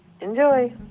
enjoy